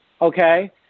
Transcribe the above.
Okay